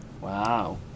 wow